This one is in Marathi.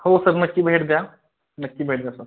हो सर नक्की भेट द्या नक्की भेट द्या सर